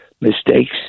mistakes